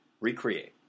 recreate